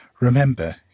Remember